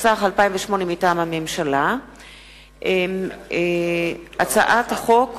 התש"ע 2009. הצעת חוק